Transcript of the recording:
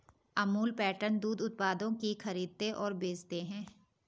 Amul pattern दूध उत्पादों की खरीदते और बेचते है